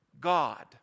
God